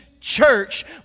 church